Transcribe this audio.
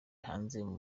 hanze